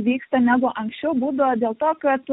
vyksta negu anksčiau būdavo dėl to kad